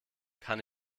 kann